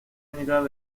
limitadas